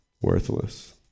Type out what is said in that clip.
Worthless